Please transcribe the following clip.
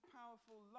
powerful